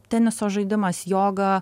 teniso žaidimas joga